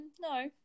no